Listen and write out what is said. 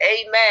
amen